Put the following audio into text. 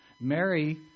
Mary